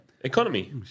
Economy